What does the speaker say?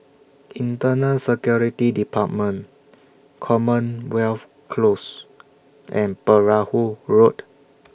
Internal Security department Commonwealth Close and Perahu Road